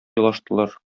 елаштылар